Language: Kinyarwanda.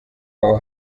aho